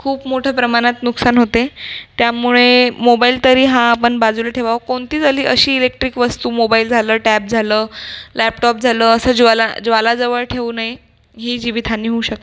खूप मोठं प्रमाणात नुकसान होते त्यामुळे मोबाईल तरी हा आपण बाजूला ठेवावं कोणतीच अशी ही इलेक्ट्रिक वस्तू मोबाईल झालं टॅब झालं लॅपटॉप झालं असं ज्वाला ज्वाला जवळ ठेवू नये ही जीवितहानी होऊ शकते